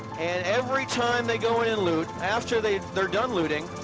and every time they go in and loot, after they, they're done looting,